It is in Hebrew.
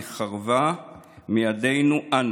היא חרבה מידינו אנו.